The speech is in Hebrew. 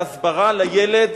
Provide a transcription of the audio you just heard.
בהסברה לילד,